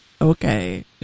okay